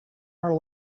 our